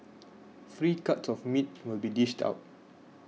free cuts of meat will be dished out